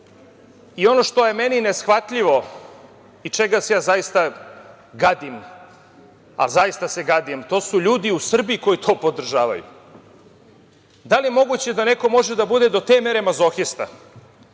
što je meni neshvatljivo i čega se ja zaista gadim, a zaista se gadim, to su ljudi u Srbiji koji to podržavaju. Da li je moguće da neko može da bude do te mere mazohista,